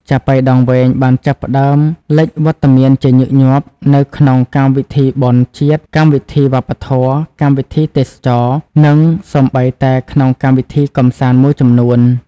ចាប៉ីដងវែងបានចាប់ផ្តើមលេចវត្តមានជាញឹកញាប់នៅក្នុង កម្មវិធីបុណ្យជាតិ កម្មវិធីវប្បធម៌ កម្មវិធីទេសចរណ៍ និងសូម្បីតែក្នុងកម្មវិធីកម្សាន្តមួយចំនួន។